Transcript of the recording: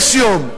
יש יום"